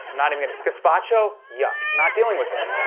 not even gonna gazpacho? yuck. not dealing with it.